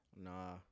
nah